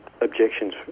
objections